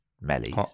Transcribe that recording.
Melly